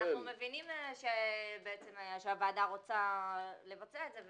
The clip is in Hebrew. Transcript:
אנחנו מבינים שהוועדה רוצה לבצע את זה,